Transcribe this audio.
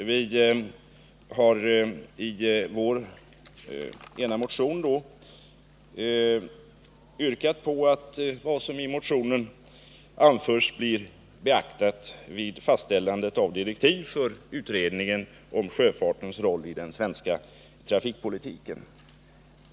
Vi har i vår ena motion yrkat på att vad som i motionen anförs blir beaktat vid fastställandet av direktiven för utredningen om sjöfartens roll i den svenska trafikpolitiken.